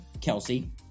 Kelsey